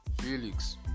Felix